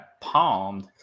palmed